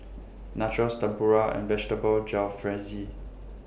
Nachos Tempura and Vegetable Jalfrezi